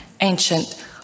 ancient